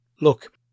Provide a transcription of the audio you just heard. Look